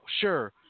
sure